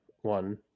one